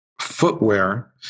footwear